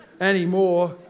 anymore